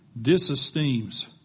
Disesteems